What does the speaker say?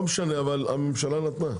אבל הממשלה נתנה.